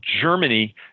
Germany